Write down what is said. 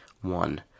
One